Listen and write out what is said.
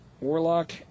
Warlock